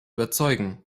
überzeugen